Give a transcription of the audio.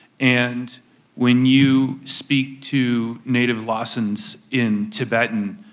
and when you speak to native lhasans in tibetan,